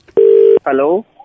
Hello